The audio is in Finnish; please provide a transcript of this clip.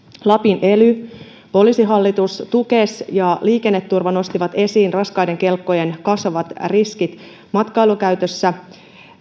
lapin ely poliisihallitus tukes ja liikenneturva nostivat esiin raskaiden kelkkojen kasvavat riskit matkailukäytössä